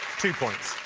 two points.